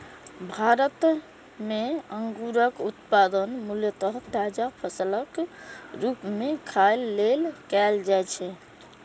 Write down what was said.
भारत मे अंगूरक उत्पादन मूलतः ताजा फलक रूप मे खाय लेल कैल जाइ छै